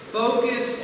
focus